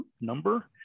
number